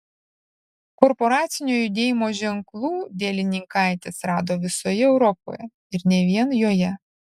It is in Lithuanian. korporacinio judėjimo ženklų dielininkaitis rado visoje europoje ir ne vien joje